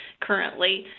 currently